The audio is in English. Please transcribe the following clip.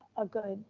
a good,